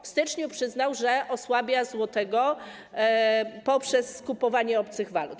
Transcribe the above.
W styczniu przyznał, że osłabia złotego poprzez skupowanie obcych walut.